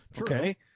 okay